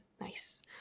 Nice